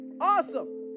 Awesome